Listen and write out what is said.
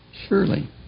Surely